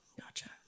Gotcha